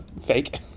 fake